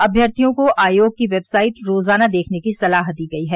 अभ्यर्थियों को आयोग की वेबसाइट रोजाना देखने की सलाह दी गई है